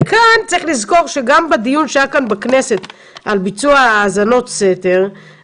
כאן צריך לזכור שגם בדיון שהיה בכנסת על ביצוע האזנות סתר,